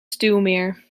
stuwmeer